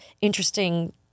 interesting